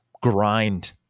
grind